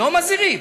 לא מזהירים.